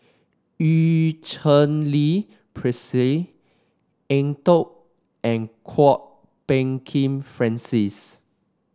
Eu Cheng Li Eng Tow and Kwok Peng Kin Francis